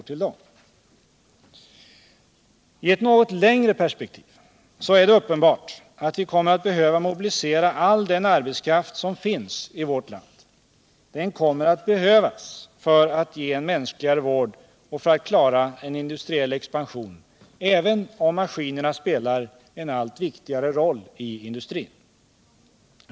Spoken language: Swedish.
I ett något längre perspektiv är det uppenbart att vi kommer att behöva mobilisera all den arbetskraft som finns i vårt land. Den kommer att behövas för att ge en mänskligare vård och för att klara en industriell expansion, även om maskinerna spelar en allt viktigare roll i industrin.